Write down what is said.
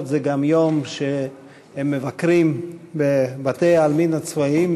זה גם יום שהן מבקרות בבתי-העלמין הצבאיים,